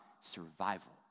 survival